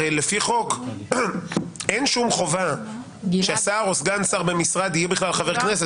הרי לפי חוק אין שום חובה ששר או סגן שר במשרד יהיה בכלל חבר כנסת,